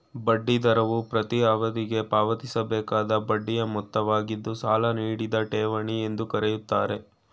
ಬಡ್ಡಿ ದರವು ಪ್ರತೀ ಅವಧಿಗೆ ಪಾವತಿಸಬೇಕಾದ ಬಡ್ಡಿಯ ಮೊತ್ತವಾಗಿದ್ದು ಸಾಲ ನೀಡಿದ ಠೇವಣಿ ಎಂದು ಕರೆಯುತ್ತಾರೆ